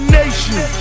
nation